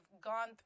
gone